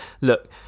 look